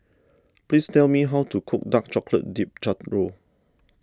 please tell me how to cook Dark Chocolate Dipped Churro